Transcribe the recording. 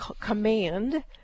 command